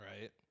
Right